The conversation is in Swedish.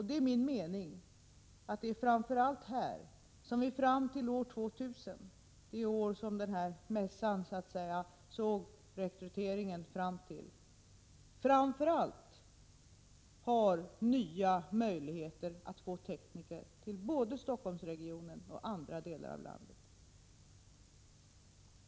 Det är min mening att det är framför allt här som vi fram till år 2000, det år som mässans rekrytering vill nå fram till, har nya möjligheter att få tekniker till både Stockholmsregionen och andra delar av landet.